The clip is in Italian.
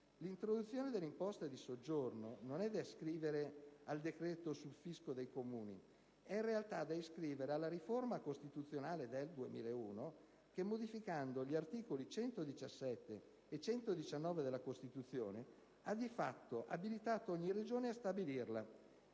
L'introduzione dell'imposta di soggiorno non è da ascrivere al decreto sul fisco dei Comuni, ma è in realtà da ascrivere alla riforma costituzionale del 2001 che, modificando gli articoli 117 e 119 della Costituzione, ha di fatto abilitato ogni Regione a stabilirla.